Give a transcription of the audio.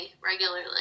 regularly